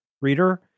reader